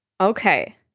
Okay